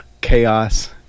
chaos